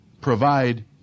provide